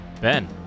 Ben